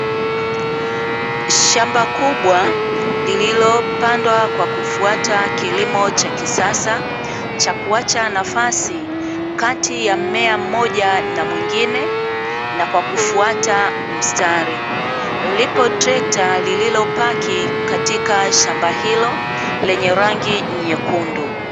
Shamba kubwa lililopandwa kwa kufuata kilimo cha kisasa, cha kuacha nafasi kati ya mmea mmoja na mwingine na kwa kufuata mstari. Lipo trekta lililopaki katika shamba hilo, lenye rangi nyekundu.